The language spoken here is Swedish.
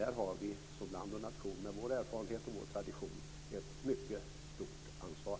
Där har Sverige som land och nation med vår erfarenhet och tradition ett mycket stort ansvar.